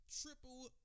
triple